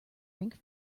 rink